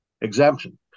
exemption